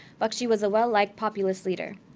bakshi was a well-liked populous leader.